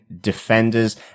defenders